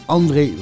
André